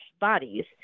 bodies